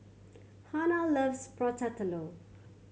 Hanna loves Prata Telur